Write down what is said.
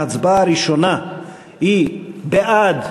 ההצבעה הראשונה היא בעד,